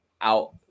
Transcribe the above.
out